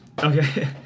Okay